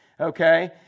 okay